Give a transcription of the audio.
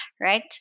right